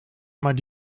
maar